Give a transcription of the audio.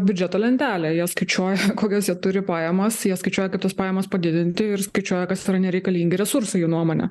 biudžeto lentelė jie skaičiuoja kokias jie turi pajamas jie skaičiuoja kaip tas pajamas padidinti ir skaičiuoja kas yra nereikalingi resursai jų nuomone